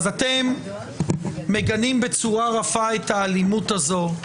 238. אז אתם מגנים בצורה רפה את האלימות הזו,